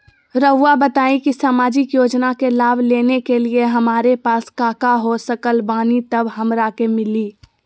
रहुआ बताएं कि सामाजिक योजना के लाभ लेने के लिए हमारे पास काका हो सकल बानी तब हमरा के मिली?